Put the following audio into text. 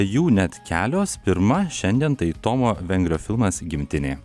jų net kelios pirma šiandien tai tomo vengrio filmas gimtinė